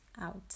out